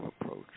approach